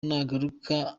nagaruka